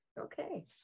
okay